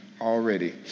already